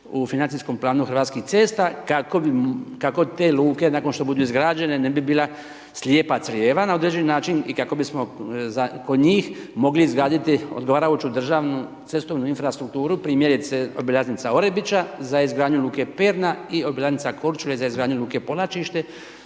u financijskom planu Hrvatskih cesta, kako bi te luke nakon što budu izgrađene, ne bila slijepa crijeva na određeni način i kako bismo kod njih mogli izgraditi odgovarajuću državnu cestovnu infrastrukturu, primjerice obilaznica Orebića za izgradnju Luke Perna i obilaznica Korčula za izgradnju luke Polačišće